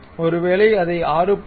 ஒருவேளை அதை 6